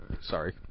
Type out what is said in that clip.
sorry